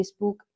Facebook